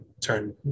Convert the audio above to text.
turn